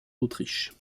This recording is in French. autriche